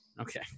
Okay